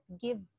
give